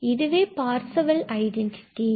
இதுவே Parseval identity